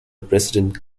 president